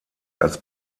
als